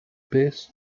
best